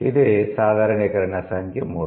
ఇదే సాధారణీకరణ సంఖ్య 3